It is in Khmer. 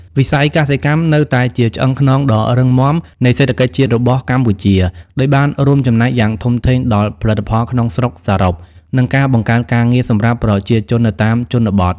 វិស័យកសិកម្មនៅតែជាឆ្អឹងខ្នងដ៏រឹងមាំនៃសេដ្ឋកិច្ចជាតិរបស់កម្ពុជា ដោយបានរួមចំណែកយ៉ាងធំធេងដល់ផលិតផលក្នុងស្រុកសរុប និងការបង្កើតការងារសម្រាប់ប្រជាជននៅតាមជនបទ។